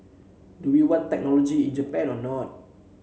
do we want technology in Japan or not